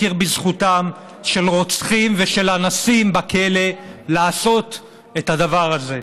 הכיר בזכותם של רוצחים ושל אנסים בכלא לעשות את הדבר הזה.